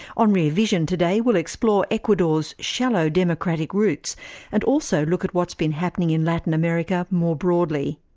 on rear vision today we'll explore ecuador's shallow democratic roots and also look at what's been happening and latin america more broadly.